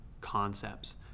concepts